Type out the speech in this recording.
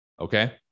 okay